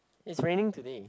is raining today